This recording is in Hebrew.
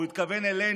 והוא התכוון אלינו,